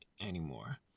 anymore